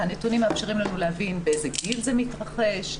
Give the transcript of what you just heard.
הנתונים מאפשרים לנו להבין באיזה גיל זה מתרחש,